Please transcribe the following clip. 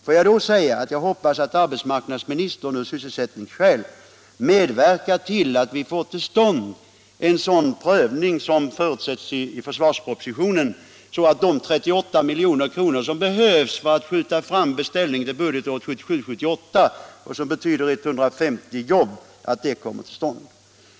Får jag då säga att jag hoppas att arbetsmarknadsministern av sysselsättningsskäl medverkar till att vi får till stånd en sådan prövning som förutsätts i försvarspropositionen, så att de 38 milj.kr. som behövs för att tidigarelägga beställningen till budgetåret 1977/78 blir tillgängliga. Detta motsvarar 150 jobb.